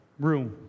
room